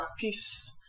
peace